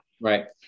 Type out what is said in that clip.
right